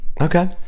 okay